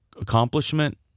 accomplishment